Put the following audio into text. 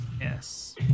Yes